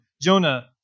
Jonah